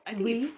weigh